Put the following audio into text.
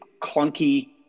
clunky